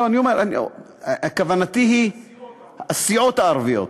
כוונתי היא הסיעות הערביות.